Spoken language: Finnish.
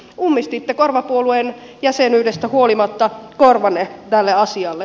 ummistitte korvapuolueen jäsenyydestä huolimatta korvanne tälle asialle